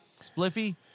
Spliffy